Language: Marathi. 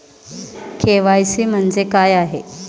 के.वाय.सी म्हणजे काय आहे?